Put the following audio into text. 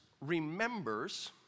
remembers